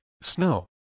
Snow